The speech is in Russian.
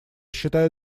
считаю